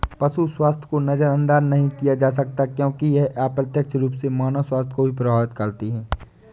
पशु स्वास्थ्य को नजरअंदाज नहीं किया जा सकता क्योंकि यह अप्रत्यक्ष रूप से मानव स्वास्थ्य को भी प्रभावित करता है